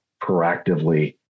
proactively